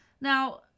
Now